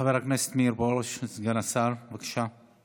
חבר הכנסת מאיר פרוש, סגן השר, בבקשה.